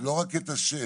לא רק את השם,